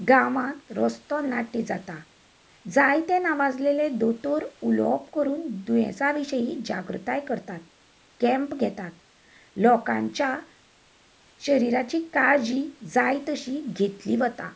गांवांत रस्तो नाट्य जाता जायते नावाजलेले दोतोर उलोवप करून दुयेंसा विशयी जागृताय करतात कँप घेतात लोकांच्या शरिराची काळजी जाय तशी घेतली वता